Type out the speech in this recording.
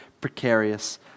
precarious